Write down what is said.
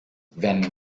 venne